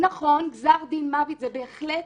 נכון, גזר דין מוות זה בהחלט